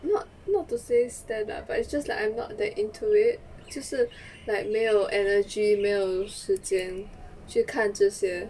not not to say spend lah but it's just like I'm not that into it 就是 like 没有 energy 没有时间去看这些